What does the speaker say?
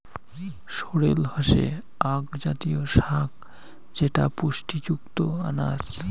sorrel হসে আক জাতীয় শাক যেটা পুষ্টিযুক্ত আনাজ